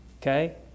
Okay